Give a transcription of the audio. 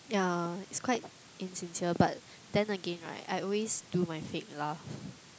yeah it's quite insincere but then again right I always do my fake laugh